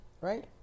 right